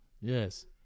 Yes